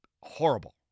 horrible